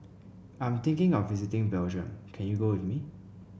I'm thinking of visiting Belgium can you go with me